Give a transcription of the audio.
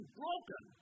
broken